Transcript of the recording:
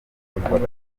ubushobozi